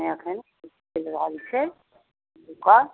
समय एखन चलि रहल छै विकट